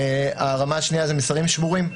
הרמה השנייה זה מסרים שמורים.